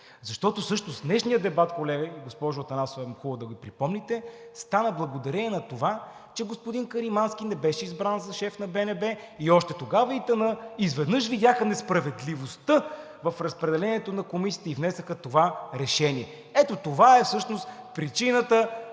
Защото всъщност днешният дебат, колеги, и госпожо Атанасова, хубаво е да припомните, стана благодарение на това, че господин Каримански не беше избран за шеф на БНБ и още тогава ИТН изведнъж видяха несправедливостта в разпределението на комисиите и внесоха това решение. Ето това е всъщност причината